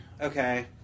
okay